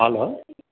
hello